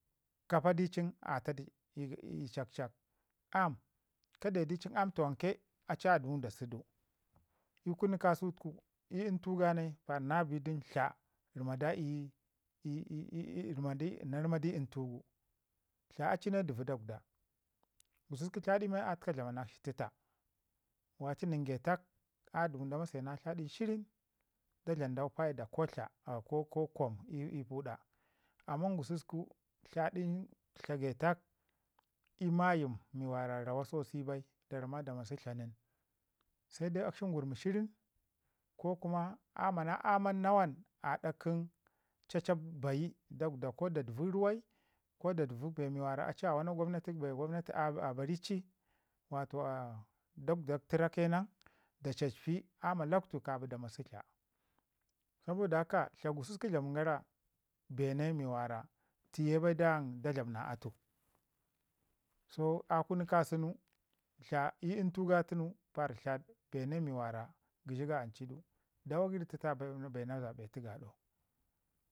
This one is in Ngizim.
kapa di cin atadu ii chakchak. Aam, kade di ci aam tawanke a ci a dəmu da si du. Ii kunu ka sutuku ii ntu ganai nabi dun tla rama da "ii ii ii" nar ma du ntu gu Tla ci ci ne dəvo dagwda, gusku tladin men a təka dlamnakshi təta waci nən gətak a dəmu da masai na tladin shirin da dlam dau paida ko tla ko kwam ii puda. Amman gususku tladin shirin tla gətak ii mayim wara rawa sosai bai da ramma da masi tla nin, se akshi ngurmi shirin ko kuma amana aman nawan aɗa kən cacap bayi ko da dəvo ruwai ko da dəvo bee wara aci a wana gwamnati a bari ci wato dakwda təra ke nan da cacpi a ma lakwtu kabin da masi tla. Saboda haka tla dlaman gara bee na mi wara tiye bai da dlaɓ na atu so a kunu ka sunu tla ii ntu ga tunu par tla bee ni mi gəshi ga an ci du, dawa gəri təta bai bee na zabetu gaɗau.